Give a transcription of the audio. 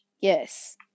Yes